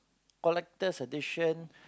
collectors edition